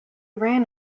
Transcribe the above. ran